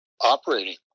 operating